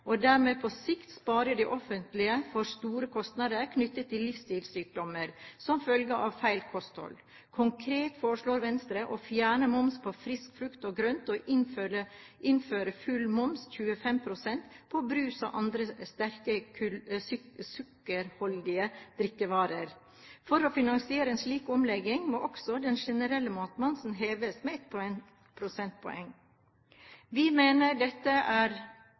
og dermed på sikt spare det offentlige for store kostnader knyttet til livsstilssykdommer som følge av feil kosthold. Konkret foreslår Venstre å fjerne moms på frisk frukt og grønt og innføre full moms – 25 pst. – på brus og andre sterkt sukkerholdige drikkevarer. For å finansiere en slik omlegging må også den generelle matmomsen heves med ett prosentpoeng. Vi mener dette er